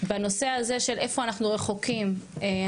שבנושא הזה של איפה אנחנו רחוקים אנחנו